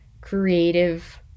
creative